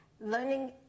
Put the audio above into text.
learning